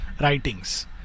writings